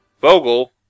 Bogle